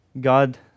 God